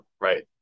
right